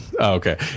okay